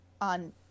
on